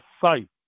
site